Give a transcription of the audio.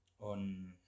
on